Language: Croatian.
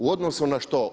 U odnosu na što?